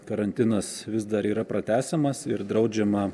karantinas vis dar yra pratęsiamas ir draudžiama